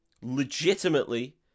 legitimately